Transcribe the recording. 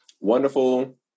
wonderful